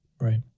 Right